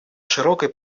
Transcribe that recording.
широкой